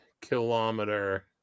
kilometer